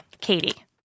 Katie